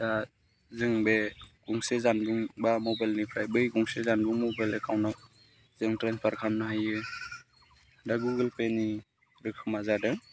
जों बे गंसे जानबुं बा मबाइलनिफ्राय बे गंसे जानबुं मबाइल एकाउन्टाव जों ट्रेन्सफार खालामनो हायो दा गुगोलपेनि रोखोमा जादों